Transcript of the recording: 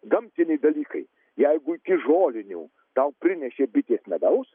gamtiniai dalykai jeigu iki žolinių tau prinešė bitės medaus